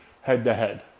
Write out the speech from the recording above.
head-to-head